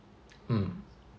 mm